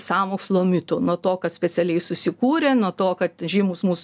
sąmokslo mitų nuo to kad specialiai susikūrė nuo to kad žymūs mūs